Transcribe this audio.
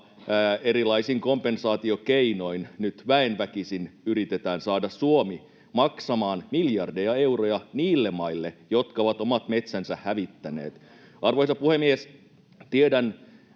erilaisin kompensaatiokeinoin nyt väen väkisin yritetään saada Suomi maksamaan miljardeja euroja niille maille, jotka ovat omat metsänsä hävittäneet. [Leena Meri: Aivan!]